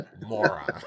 Moron